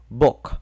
book